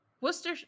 Worcester